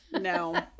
no